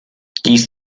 dies